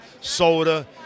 soda